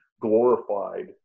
glorified